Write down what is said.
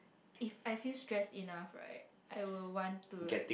if I feel stressed enough right I will want to like